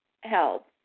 help